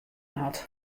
hat